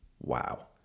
Wow